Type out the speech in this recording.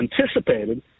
anticipated